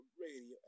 radio